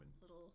Little